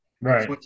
Right